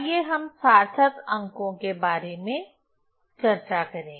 आइए हम सार्थक अंकों के बारे में चर्चा करें